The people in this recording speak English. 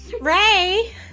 Ray